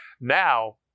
now